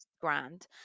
grand